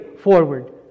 forward